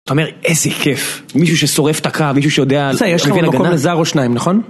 אתה אומר איזה כיף, מישהו ששורף את הקרב, מישהו שיודע... אתה יודע, יש לך מקום לזר או שניים, נכון?